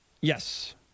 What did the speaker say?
Yes